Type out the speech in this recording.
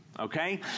Okay